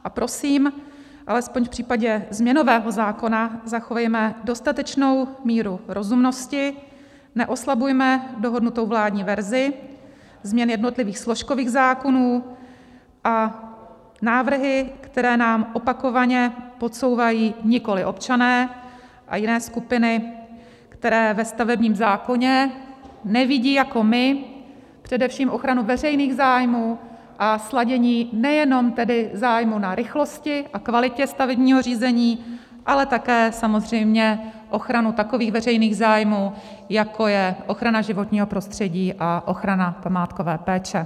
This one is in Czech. A prosím alespoň v případě změnového zákona, zachovejme dostatečnou míru rozumnosti, neoslabujme dohodnutou vládní verzi změn jednotlivých složkových zákonů a návrhy, které nám opakovaně podsouvají nikoli občané a jiné skupiny, které ve stavebním zákoně nevidí jako my především ochranu veřejných zájmů, a sladění nejenom zájmu na rychlosti a kvalitě stavebního řízení, ale také samozřejmě ochranu takových veřejných zájmů, jako je ochrana životního prostředí a ochrana památkové péče.